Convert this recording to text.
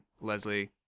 Leslie